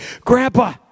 Grandpa